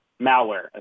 malware